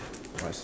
what's